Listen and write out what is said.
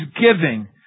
giving